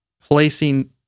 placing